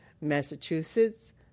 Massachusetts